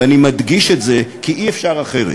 ואני מדגיש את זה, כי אי-אפשר אחרת.